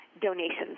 donations